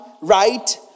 right